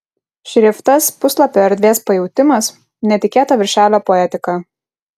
šriftas puslapio erdvės pajautimas netikėta viršelio poetika